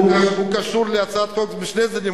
הוא קשור להצעת החוק בשני הצדדים,